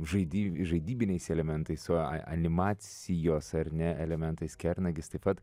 žaidy žaidybiniais elementais su a animacijos ar ne elementais kernagis taip pat